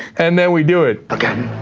and then we do it